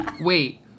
Wait